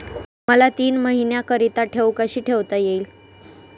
मला तीन महिन्याकरिता ठेव कशी ठेवता येईल?